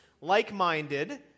like-minded